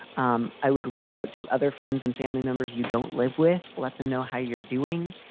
um i would reach out to other friends and family members you don't live with. let them know how you're doing.